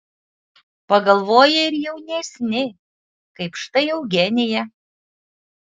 pagalvoja ir jaunesni kaip štai eugenija